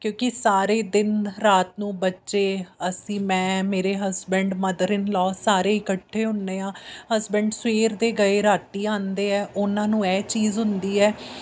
ਕਿਉਂਕਿ ਸਾਰੇ ਦਿਨ ਰਾਤ ਨੂੰ ਬੱਚੇ ਅਸੀਂ ਮੈਂ ਮੇਰੇ ਹਸਬੈਂਡ ਮਦਰਇਨਲੋ ਸਾਰੇ ਇਕੱਠੇ ਹੁੰਦੇ ਹਾਂ ਹਸਬੈਂਡ ਸਵੇਰ ਦੇ ਗਏ ਰਾਤੀ ਆਉਂਦੇ ਆ ਉਹਨਾਂ ਨੂੰ ਇਹ ਚੀਜ਼ ਹੁੰਦੀ ਹੈ